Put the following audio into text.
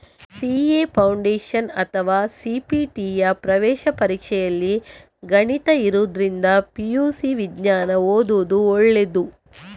CA foundation ಅಥವಾ ಸಿ.ಪಿ.ಟಿಯ ಪ್ರವೇಶ ಪರೀಕ್ಷೆಯಲ್ಲಿ ಗಣಿತ ಇರುದ್ರಿಂದ ಪಿ.ಯು.ಸಿ ವಿಜ್ಞಾನ ಓದುದು ಒಳ್ಳೇದು